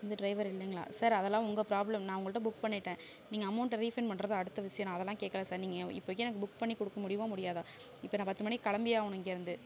இந்த ட்ரைவர் இல்லைங்களா சார் அதெல்லாம் உங்கள் ப்ராப்ளம் நான் உங்கள்கிட்ட புக் பண்ணிட்டேன் நீங்கள் அமௌண்டை ரீஃபண்ட் பண்றது அடுத்த விஷயம் நான் அதெல்லாம் கேட்கல சார் நீங்கள் இப்போதைக்கு புக் பண்ணி கொடுக்க முடியுமா முடியாதா இப்போ நான் பத்து மணிக்கு கிளம்பியே ஆகணும் இங்கேயிருந்து